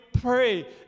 pray